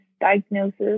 diagnosis